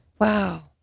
Wow